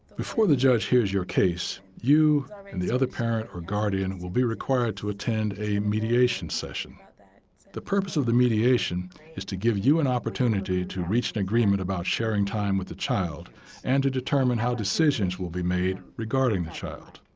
before the judge hears your case, you and i mean the other parent or guardian will be required to attend a mediation session. the purpose of the mediation is to give you an opportunity to reach an agreement about sharing time with the child and to determine how decisions will be made regarding the child.